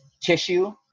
tissue